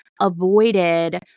avoided